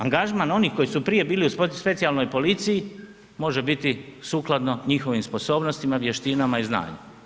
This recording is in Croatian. Angažman onih koji su prije bili u specijalnoj policiji može biti sukladno njihovim sposobnostima, vještinama i znanju.